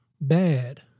bad